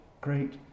great